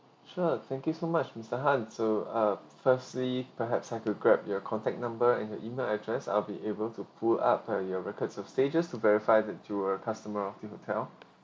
sure thank you so much mister han so uh firstly perhaps I could grab your contact number and your email address I'll be able to pull up of your records of stages to verify that you were customer of the hotel